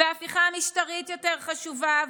וההפיכה המשטרית יותר חשובה,